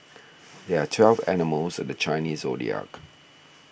there are twelve animals in the Chinese zodiac